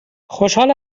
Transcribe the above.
خوشحال